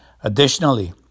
Additionally